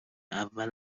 اول